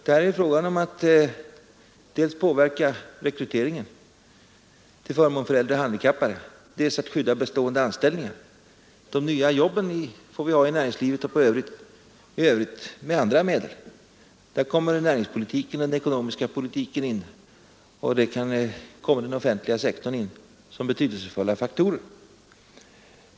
Här är det fråga om att dels påverka rekryteringen till förmån för äldre och handikappade, dels skydda bestående anställningar. De nya jobben får vi skapa med andra medel. Där kommer näringspolitiken, den ekonomiska politiken och den offentliga sektorn in som betydelsefulla faktorer.